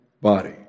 body